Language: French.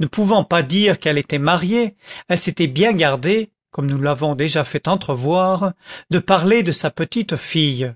ne pouvant pas dire qu'elle était mariée elle s'était bien gardée comme nous l'avons déjà fait entrevoir de parler de sa petite fille